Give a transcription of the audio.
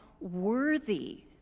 worthy